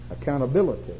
accountability